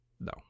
no